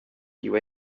dyw